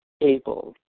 able